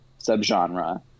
subgenre